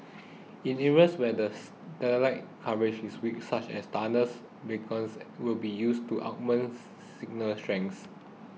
in areas where's satellite coverage is weak such as tunnels beacons will be used to augments signal strength